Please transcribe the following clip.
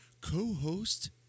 co-host